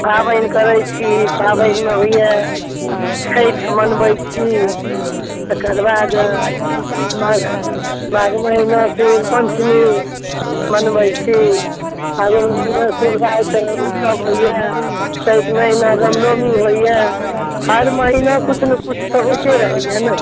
पाबनि करैत छी पाबनिमे होइए छठि मनबैत छी एकर बाद माघ माघ महिना फेर पञ्चमी मनबैत छी फागुन महिना शिवराति उत्सव होइए चैत महिना रामनओमी होइए हर महिना किछु ने किछु तऽ होइते रहैए